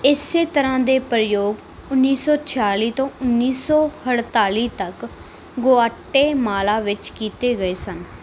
ਇਸੇ ਤਰ੍ਹਾਂ ਦੇ ਪ੍ਰਯੋਗ ਉੱਨੀ ਸੌ ਛਿਆਲੀ ਤੋਂ ਉੱਨੀ ਸੌ ਅਠਤਾਲੀ ਤੱਕ ਗੁਆਟੇਮਾਲਾ ਵਿੱਚ ਕੀਤੇ ਗਏ ਸਨ